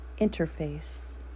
Interface